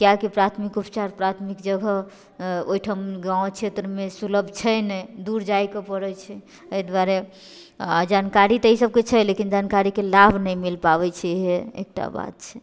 कियाकि प्राथमिक उपचार प्राथमिक जगह ओहिठाम गाँव क्षेत्रमे सुलभ छै नहि दूर जाइके पड़ै छै एहि दुआरे जानकारी तऽ ईसबके छै लेकिन जानकारीके लाभ नहि मिलि पाबै छै इएह एकटा बात छै